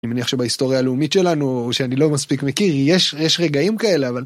אני מניח שבהיסטוריה הלאומית שלנו שאני לא מספיק מכיר יש יש רגעים כאלה אבל.